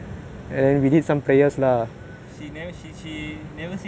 she never she she never say like prayer to cure this